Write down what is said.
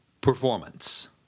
Performance